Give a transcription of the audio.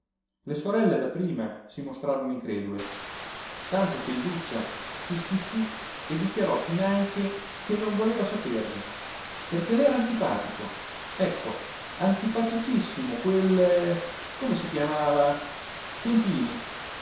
le sorelle dapprima si mostrarono incredule tanto che iduccia si stizzì e dichiarò finanche che non voleva saperne perché le era antipatico ecco antipaticissimo quel come si chiamava tempini